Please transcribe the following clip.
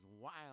Wild